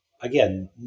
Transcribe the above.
again